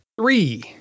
Three